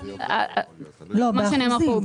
באחוזים,